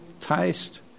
taste